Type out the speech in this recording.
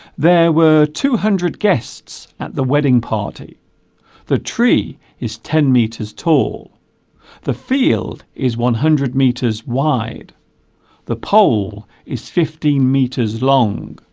there were two hundred guests at the wedding party the tree is ten meters tall the field is is one hundred meters wide the pole is fifteen meters long